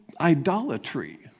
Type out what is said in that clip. idolatry